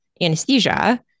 anesthesia